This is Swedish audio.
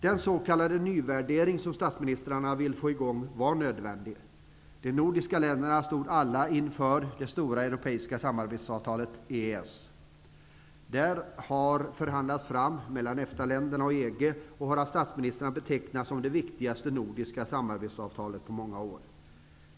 Den s.k. nyvärdering som statsministrarna ville få i gång var nödvändig. De nordiska länderna stod alla inför det stora europeiska samarbetsavtalet, EES. Det har förhandlats fram mellan EFTA-länderna och EG och har av statsministrarna betecknats som det viktigaste nordiska samarbetsavtalet på många år.